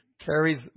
carries